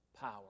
power